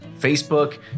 Facebook